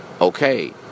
Okay